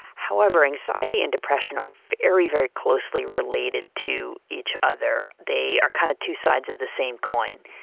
however, anxiety and depression are very, very closely related to each other, they are kind of two sides of the same coin.